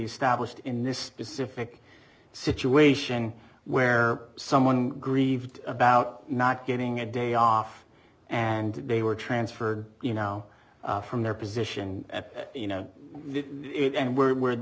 established in this specific situation where someone grieved about not getting a day off and they were transferred you know from their position you know it and where were